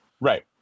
Right